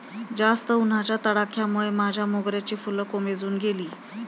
जास्त उन्हाच्या तडाख्यामुळे माझ्या मोगऱ्याची फुलं कोमेजून गेली